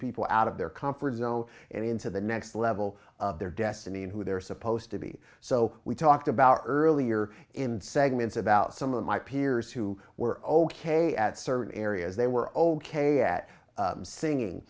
people out of their comfort zone and into the next level of their destiny and who they're supposed to be so we talked about earlier in segments about some of my peers who were ok at certain areas they were ok at singing